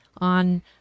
on